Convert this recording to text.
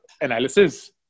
analysis